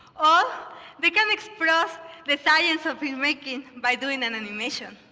ah they can explore the science of filmmaking by doing an animation.